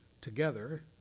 together